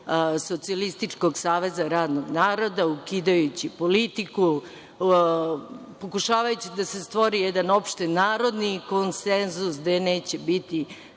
Socijalističkog saveza radnog narodna, ukidajući politiku, pokušavajući da se stvori jedan opštenarodni konsenzus gde neće biti